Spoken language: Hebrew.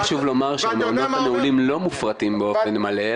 המעונות הנעולים לא מופרטים באופן מלא,